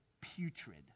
putrid